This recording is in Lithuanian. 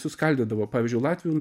suskaldydavo pavyzdžiui latvių